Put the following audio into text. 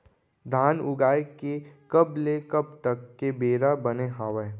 धान उगाए के कब ले कब तक के बेरा बने हावय?